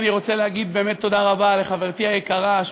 אני רוצה להגיד באמת תודה רבה לחברתי היקרה,